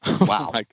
wow